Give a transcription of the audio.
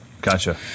Gotcha